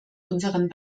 unseren